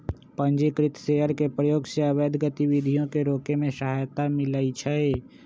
पंजीकृत शेयर के प्रयोग से अवैध गतिविधियों के रोके में सहायता मिलइ छै